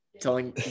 Telling